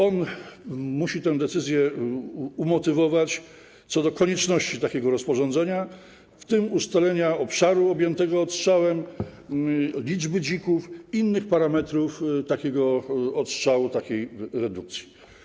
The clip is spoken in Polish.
On musi tę decyzję umotywować co do konieczności takiego rozporządzenia, w tym ustalenia obszaru objętego odstrzałem, liczby dzików i innych parametrów takiego odstrzału, takiej redukcji.